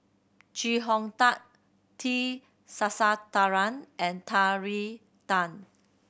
Chee Hong Tat T Sasitharan and Terry Tan